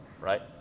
right